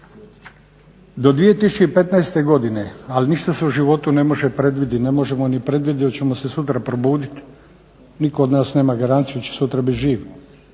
Do 2015. godine, ali ništa se u životu ne može predvidjeti, ne možemo ni predvidjeti hoćemo li se sutra probuditi, nitko od nas nema garancija dal će sutra biti živ,